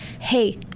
Hey